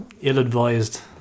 ill-advised